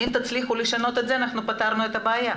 אם תצליחו לשנות את זה פתרנו את הבעיה.